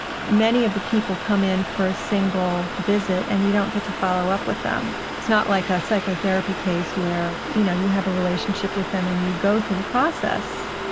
many of the people come in for a single visit and you don't get to follow up with them. it's not like a psychotherapy case where, you know, you have a relationship with them and you go through the process.